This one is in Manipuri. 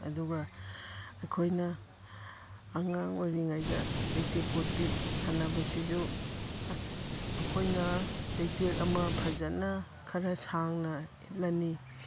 ꯑꯗꯨꯒ ꯑꯩꯈꯣꯏꯅ ꯑꯉꯥꯡ ꯑꯣꯏꯔꯤꯉꯩꯗ ꯆꯩꯇꯦꯛ ꯀꯣꯠꯄꯤ ꯁꯥꯟꯅꯕꯁꯤꯁꯨ ꯑꯁ ꯑꯩꯈꯣꯏꯅ ꯆꯩꯇꯦꯛ ꯑꯃ ꯐꯖꯅ ꯈꯔ ꯁꯥꯡꯅ ꯏꯠꯂꯅꯤ